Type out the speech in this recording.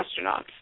astronauts